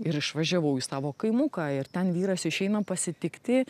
ir išvažiavau į savo kaimuką ir ten vyras išeina pasitikti